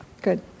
Good